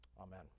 Amen